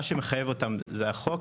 מה שמחייב אותם זה החוק.